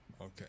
Okay